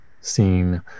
scene